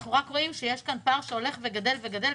אנחנו רואים שיש כאן פער שהולך וגדל וגדל.